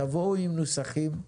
תבואו עם נוסחים.